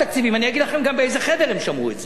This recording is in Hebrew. אני אגיד לכם גם באיזה חדר הם שמעו את זה.